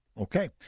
Okay